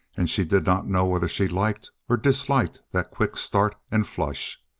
and she did not know whether she liked or disliked that quick start and flush.